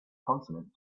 consonant